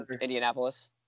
Indianapolis